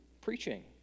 preaching